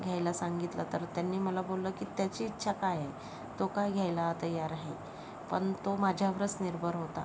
घ्यायला सांगितलं तर त्यांनी मला बोललं की त्याची इच्छा काय आहे तो काय घ्यायला तयार आहे पण तो माझ्यावरच निर्भर होता